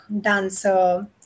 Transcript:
dancer